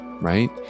right